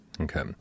Okay